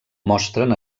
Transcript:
mostren